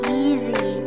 easy